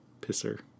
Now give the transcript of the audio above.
pisser